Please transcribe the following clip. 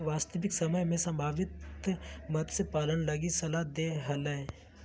वास्तविक समय में संभावित मत्स्य पालन लगी सलाह दे हले